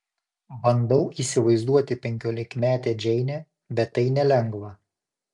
bandau įsivaizduoti penkiolikmetę džeinę bet tai nelengva